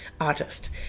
artist